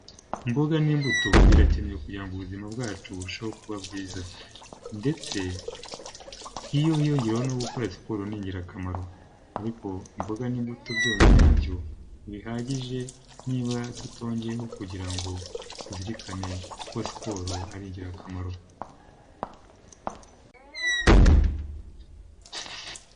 Imboga n'imbuto birakenewe kugirango ubuzima bwacu burusheho kuba bwiza ndetse iyo hiyongeraho no gukora siporo ni ingirakamaro, ariko imboga n'imbuto byonyine na byo ntibihagije niba tutongeyeho kugira ngo tuzirikane gukora siporo ari ingirakamaro.